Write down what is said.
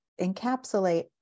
encapsulate